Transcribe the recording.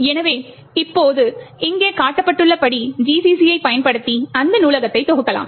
எனவே இப்போது இங்கே காட்டப்பட்டுள்ளபடி GCC யைப் பயன்படுத்தி இந்த நூலகத்தை தொகுக்கலாம்